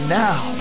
now